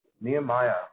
Nehemiah